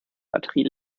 batterie